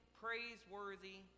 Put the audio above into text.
praiseworthy